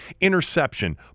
Interception